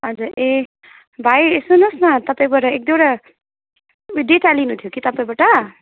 हजुर ए भाइ सुन्नुहोस् न तपाईँबाट एकदुईनटा ऊ डेटा लिनुथियो कि तपाईँबाट